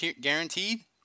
guaranteed